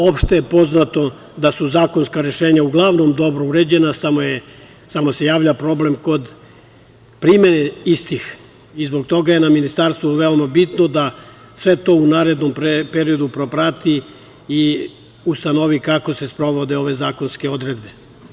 Opšte je poznato da su zakonska rešenja uglavnom dobro uređena, samo se javlja problem kod primene istih i zbog toga je na Ministarstvu realno bitno da sve to u narednom periodu proprati i ustanovi kako se sprovode ove zakonske odredbe.